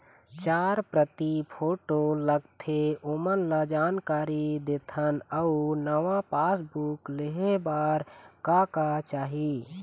चार प्रति फोटो लगथे ओमन ला जानकारी देथन अऊ नावा पासबुक लेहे बार का का चाही?